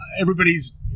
everybody's